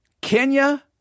Kenya